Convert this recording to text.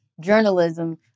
Journalism